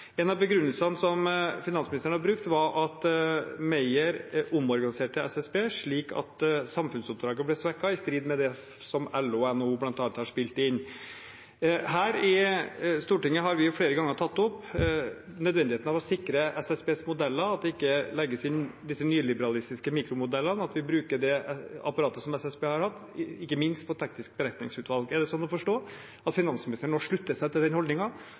En av begrunnelsene som finansministeren har brukt, var at Meyer omorganiserte SSB slik at samfunnsoppdragene blir svekket i strid med det som bl.a. LO og NHO har spilt inn. Her i Stortinget har vi flere ganger tatt opp nødvendigheten av å sikre SSBs modeller, at man ikke legger inn disse nyliberalistiske mikromodellene, og at vi bruker det apparatet som SSB har hatt, ikke minst på Teknisk beregningsutvalg. Er det slik å forstå at finansministeren nå slutter seg til den